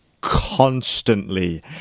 constantly